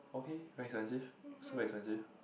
okay very expensive so expensive